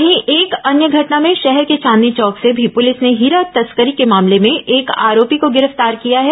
वहीं एक अन्य घटना में शहर के चांदनी चौक से भी पुलिस ने हीरा तस्करी के मामले में एक आरोपी को गिरफ्तार किया है